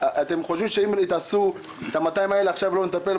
אם לא נטפל עכשיו ב-200 האלה,